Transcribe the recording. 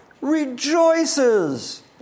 rejoices